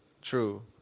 True